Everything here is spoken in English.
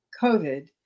COVID